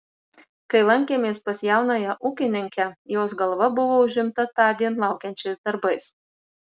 kai lankėmės pas jaunąją ūkininkę jos galva buvo užimta tądien laukiančiais darbais